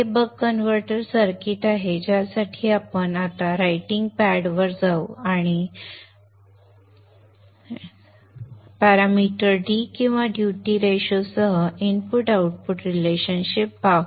हे buck converter circuit आहे ज्यासाठी आपण आता रायटिंग पॅड वर जाऊ आणि संदर्भ वेळ 1457 पॅरामीटर D किंवा ड्यूटी रेशो सह इनपुट आउटपुट संबंध पाहू